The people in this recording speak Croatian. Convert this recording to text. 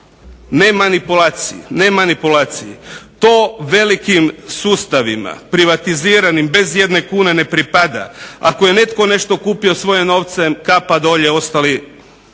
ne manipulacije. To velikim sustavima privatiziranim bez jedne kune ne pripada. Ako je netko nešto kupio svojim novcem kapa dolje, ostali